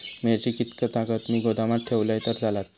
मिरची कीततागत मी गोदामात ठेवलंय तर चालात?